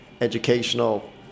educational